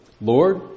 Lord